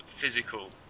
physical